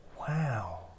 Wow